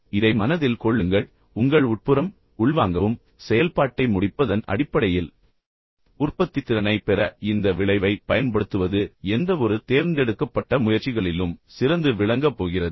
எனவே இதை மனதில் கொள்ளுங்கள் உங்கள் உட்புறம் உள்வாங்கவும் செயல்பாட்டை முடிப்பதன் அடிப்படையில் உற்பத்தித்திறனைப் பெற இந்த விளைவைப் பயன்படுத்துவது எந்தவொரு தேர்ந்தெடுக்கப்பட்ட முயற்சிகளிலும் சிறந்து விளங்கப் போகிறது